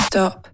Stop